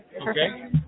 Okay